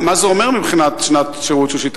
מה זה אומר מבחינת שנת שירות שלישית?